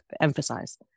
emphasize